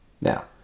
Now